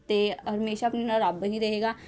ਅਤੇ ਹਮੇਸ਼ਾ ਆਪਣੇ ਨਾਲ਼ ਰੱਬ ਹੀ ਰਹੇਗਾ